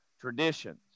traditions